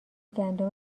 گندم